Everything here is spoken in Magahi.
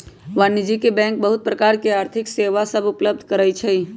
वाणिज्यिक बैंक बहुत प्रकार के आर्थिक सेवा सभ उपलब्ध करइ छै